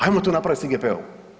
Ajmo to napraviti s IGP-om.